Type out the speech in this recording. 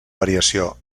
variació